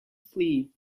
flee